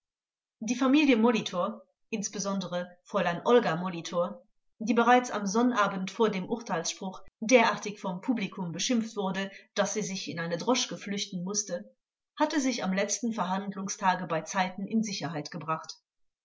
die familie molitor insbesondere fräulein olga molitor die bereits am sonnabend vor dem urteilsspruch derartig vom publikum beschimpft wurde daß sie sich in eine droschke flüchten mußte hatte sich am letzten verhandlungstage beizeiten in sicherheit gebracht